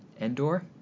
Endor